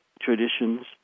traditions